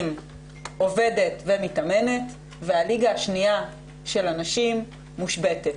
עובדת ומתאמנת והליגה השנייה של הנשים מושבתת.